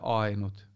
ainut